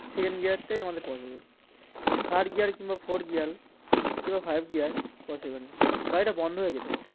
second গিয়ারটাই আমাদের possible third gear কিংবা ফোর্থ গিয়ার কিংবা ফাইভ গিয়ার পসিবল না গাড়িটা বন্ধ হয়ে যেতে পারে